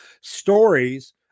stories